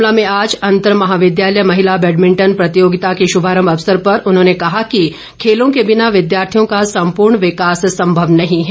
शिमला में आज अंतर महाविद्यालय महिला बैडभिंटन प्रतियोगिता के शुभारंभ अवसर पर उन्होंने कहा कि खेलों के बिना विद्यार्थियों का सम्पूर्ण विकास संभव नहीं है